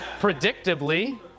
predictably